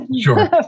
Sure